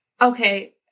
Okay